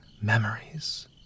memories